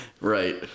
Right